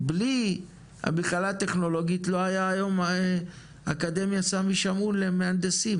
בלי המכללה הטכנולוגית לא היה היום אקדמיה סמי שמעון למהנדסים,